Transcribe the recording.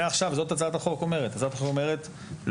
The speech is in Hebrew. הצעת החוק אומרת,